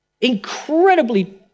Incredibly